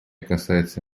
касается